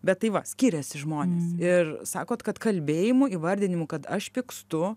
bet tai va skiriasi žmonės ir sakot kad kalbėjimu įvardinimu kad aš pykstu